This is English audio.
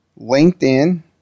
LinkedIn